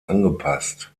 angepasst